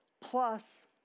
plus